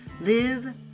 Live